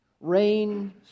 Rain